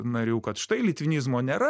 narių kad štai litvinizmo nėra